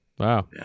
Wow